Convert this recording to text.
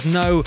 no